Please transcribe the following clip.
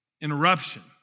interruption